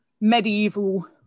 medieval